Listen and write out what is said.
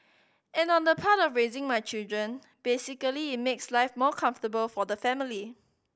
and on the part of raising my children basically it makes life more comfortable for the family